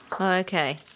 Okay